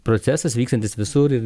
procesas vykstantis visur ir